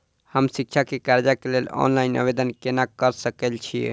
हम शिक्षा केँ कर्जा केँ लेल ऑनलाइन आवेदन केना करऽ सकल छीयै?